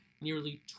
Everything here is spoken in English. nearly